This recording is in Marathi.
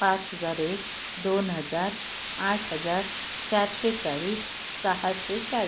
पाच हजार एक दोन हजार आठ हजार चारशे चाळीस सहाशे चाळीस